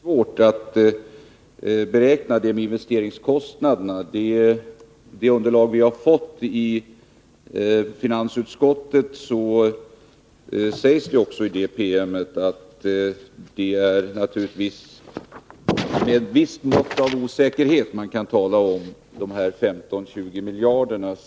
Herr talman! Jag är medveten om att det är väldigt svårt att beräkna investeringskostnaderna. I den PM vi har fått i finansutskottet sägs det också att det är med visst mått av osäkerhet man kan tala om en skillnad på 15-20 miljoner.